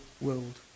world